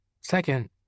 Second